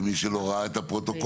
למי שלא ראה את הפרוטוקול,